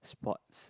sports